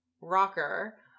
rocker